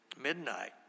midnight